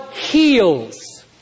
heals